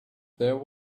there